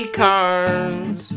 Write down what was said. cards